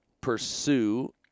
pursue